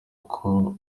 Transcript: uko